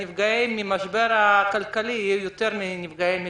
הנפגעים מהמשבר הכלכלי היו הרבה יותר מהנפגעים מקורונה.